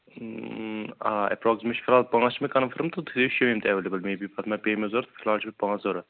آ ایٚپراکٕس چھِ مےٚ پانٛژ چھِ مےٚ کَنفٲرِٕم تہٕ تُہۍ تھٲوِو شیٚیِم تہِ ایٚولیبٕل مےَ بی پَتہٕ ما پیٚیہِ مےٚ ضروٗرت فِلحال چھِ مےٚ پانٛژ ضروٗرت